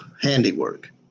handiwork